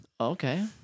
Okay